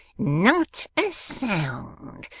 not a sound,